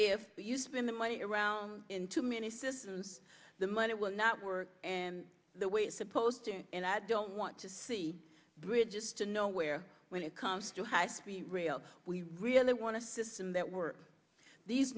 if you spend the money around in two ministers and the money will not work the way it's supposed to and i don't want to see bridges to nowhere when it comes to high speed rail we really want to system that were these